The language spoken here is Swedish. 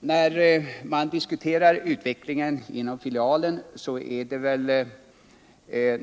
När man diskuterar utvecklingen inom filialen, är det väl